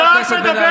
היא דואגת להם.